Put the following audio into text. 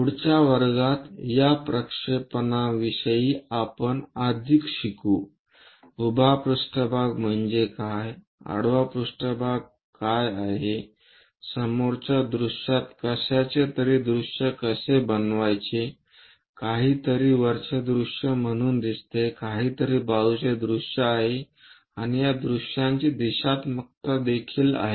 पुढच्या वर्गात या प्रक्षेपणांविषयी आपण अधिक शिकू उभा पृष्ठभाग म्हणजे काय आडवा पृष्ठभाग काय आहे समोरच्या दृश्यात कशाचे तरी दृष्य कसे बनवायचे काहीतरी वरचे दृश्य म्हणून दिसते काहीतरी बाजूचे दृश्य आहे आणि या दृश्यांची दिशात्मकता देखील आहे